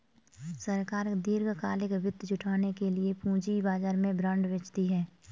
सरकार दीर्घकालिक वित्त जुटाने के लिए पूंजी बाजार में बॉन्ड बेचती है